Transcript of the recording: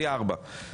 פי ארבעה.